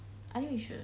I think we should